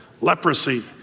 Leprosy